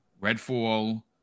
Redfall